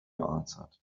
answered